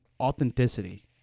authenticity